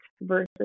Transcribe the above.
versus